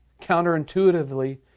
counterintuitively